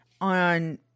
on